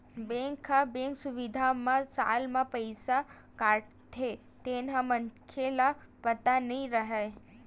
bank ह bank सुबिधा म साल म पईसा काटथे तेन ह मनखे ल पता नई रहय